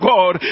God